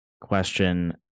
question